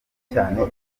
cyane